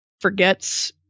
forgets